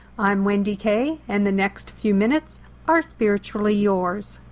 i'm wendy kay and the next few minutes are spiritually yours.